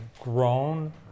grown